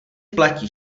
platí